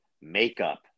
makeup